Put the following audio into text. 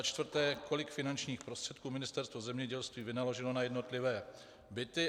4. Kolik finančních prostředků Ministerstvo zemědělství vynaložilo na jednotlivé byty?